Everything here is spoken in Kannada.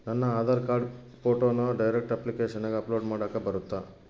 ನನ್ನ ಆಧಾರ್ ಕಾರ್ಡ್ ಫೋಟೋನ ಡೈರೆಕ್ಟ್ ಅಪ್ಲಿಕೇಶನಗ ಅಪ್ಲೋಡ್ ಮಾಡಾಕ ಬರುತ್ತಾ?